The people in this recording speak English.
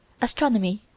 Astronomy